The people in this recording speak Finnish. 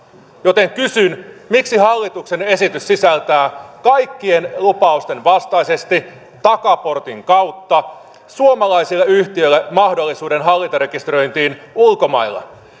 joten kysyn miksi hallituksen esitys sisältää kaikkien lupausten vastaisesti takaportin kautta suomalaisille yhtiöille mahdollisuuden hallintarekisteröintiin ulkomailla